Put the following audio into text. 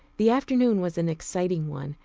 the afternoon was an exciting one,